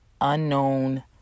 unknown